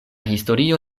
historio